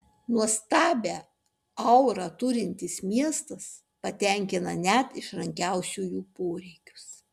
nuostabią aurą turintis miestas patenkina net išrankiausiųjų poreikius